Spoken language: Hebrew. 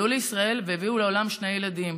עלו לישראל והביאו לעולם שני ילדים: